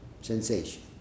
sensation